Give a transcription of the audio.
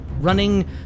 running